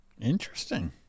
Interesting